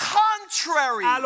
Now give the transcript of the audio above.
contrary